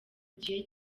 gihe